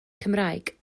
cymraeg